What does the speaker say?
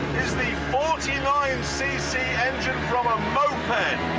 is the forty nine cc engine from a moped.